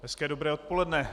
Hezké dobré odpoledne.